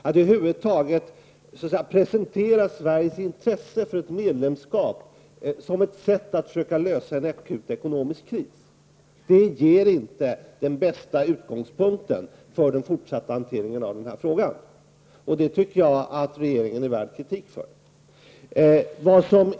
Att över huvud taget presentera Sveriges intresse för ett medlemskap som ett försök att lösa en akut ekonomisk kris ger inte den bästa utgångspunkten för den fortsatta hanteringen av frågan, och det tycker jag att regeringen är värd kritik för.